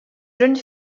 jeune